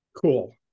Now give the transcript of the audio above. Cool